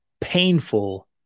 Painful